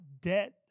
debt